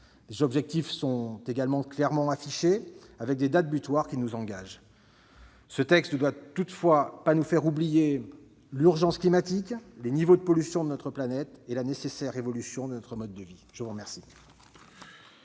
Les objectifs sont également affichés clairement, avec des dates butoirs qui nous engagent. Ce texte ne doit toutefois pas nous faire oublier l'urgence climatique, les niveaux de pollution de notre planète et la nécessité de faire évoluer notre mode de vie. La parole